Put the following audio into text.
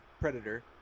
Predator